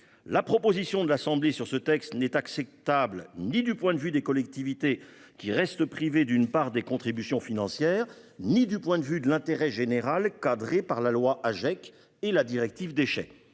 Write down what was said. La proposition de l'Assemblée nationale en la matière n'était acceptable ni du point de vue des collectivités, qui resteraient privées d'une part des contributions financières, ni du point de vue de l'intérêt général, encadré par la loi Agec et la directive sur les